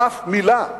אף מלה.